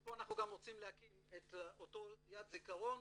שפה אנחנו גם רוצים להקים את אותו יד זיכרון